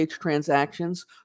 transactions